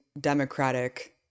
democratic